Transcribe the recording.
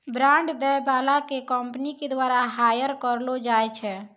bond दै बाला के कंपनी के द्वारा हायर करलो जाय छै